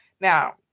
Now